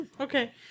Okay